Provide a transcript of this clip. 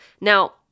Now